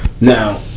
Now